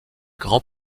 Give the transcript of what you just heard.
grands